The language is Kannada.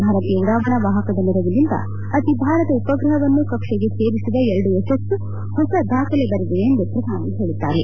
ಭಾರತೀಯ ಉಡಾವಣಾ ವಾಹಕದ ನೆರವಿನಿಂದ ಅತಿ ಭಾರದ ಉಪಗ್ರಹವನ್ನು ಕಕ್ಷೆಗೆ ಸೇರಿಸಿದ ಎರಡು ಯಶಸ್ತು ಹೊಸ ದಾಖಲೆ ಬರೆದಿದೆ ಎಂದು ಪ್ರಧಾನಿ ಹೇಳಿದ್ದಾರೆ